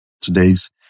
today's